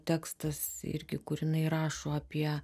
tekstas irgi kur jinai rašo apie